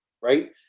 right